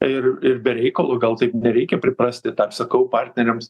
ir ir be reikalo gal taip nereikia priprasti tą sakau partneriams